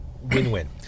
Win-win